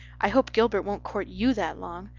i hope gilbert won't court you that long.